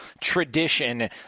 tradition